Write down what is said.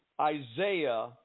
Isaiah